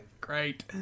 Great